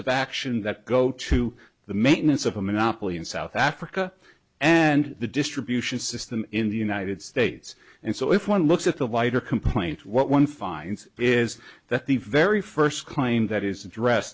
of action that go to the maintenance of a monopoly in south africa and the distribution system in the united states and so if one looks at the lighter complaint what one finds is that the very first claim that